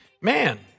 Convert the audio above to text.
Man